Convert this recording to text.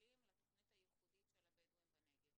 השקלים לתכנית הייחודית של הבדואים בנגב.